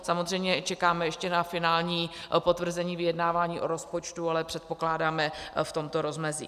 Samozřejmě čekáme ještě na finální potvrzení vyjednávání o rozpočtu, ale předpokládáme v tomto rozmezí.